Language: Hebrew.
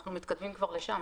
אנחנו מתקדמים כבר לשם.